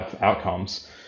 outcomes